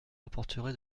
apporterait